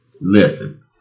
Listen